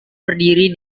berdiri